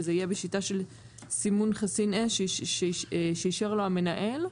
וזה יהיה בשיטה של סימון חסין אש שאישר לו המנהל?